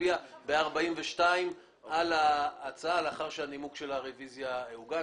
נצביע בשעה 11:42 על ההצעה לאחר שהנימוק של הרביזיה הוצג.